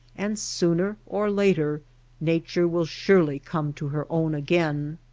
and sooner or later nature will surely come to her own again.